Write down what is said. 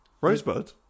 Rosebud